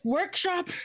Workshop